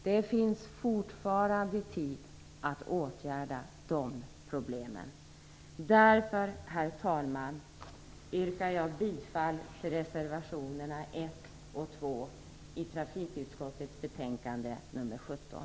Det finns fortfarande tid att åtgärda de problemen. Därför, herr talman, yrkar jag bifall till reservationerna 1 och 2 till trafikutskottets betänkande nr 17.